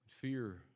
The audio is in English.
Fear